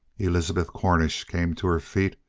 elizabeth cornish came to her feet,